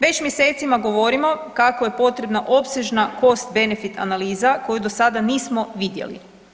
Već mjesecima govorimo kako je potrebna opsežna cost benefit analiza koju do sada nismo vidjeli.